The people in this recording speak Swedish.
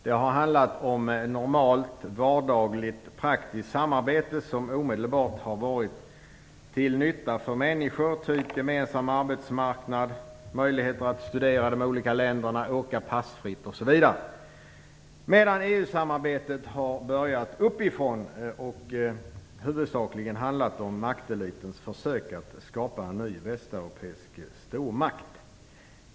Det har handlat om normalt, vardagligt, praktiskt samarbete som omedelbart har varit till nytta för människor: gemensam arbetsmarknad, möjlighet att studera i de olika länderna, åka passfritt osv. EU samarbetet har börjat uppifrån och huvudsakligen handlat om maktelitens försök att skapa en ny västeuropeisk stormakt.